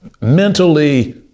mentally